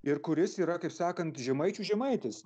ir kuris yra kaip sakant žemaičių žemaitis